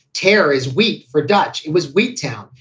terry's wheat for dutch. it was wheat town.